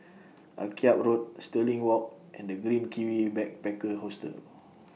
Akyab Road Stirling Walk and The Green Kiwi Backpacker Hostel